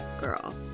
Girl